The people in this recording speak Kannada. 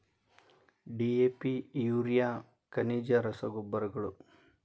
ಡಿ.ಎ.ಪಿ ಯೂರಿಯಾ ಖನಿಜ ರಸಗೊಬ್ಬರಗಳು